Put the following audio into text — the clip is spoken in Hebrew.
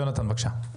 יונתן, בבקשה.